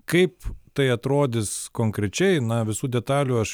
kaip tai atrodys konkrečiai na visų detalių aš